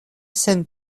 sen